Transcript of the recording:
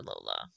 Lola